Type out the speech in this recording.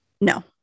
no